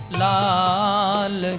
lal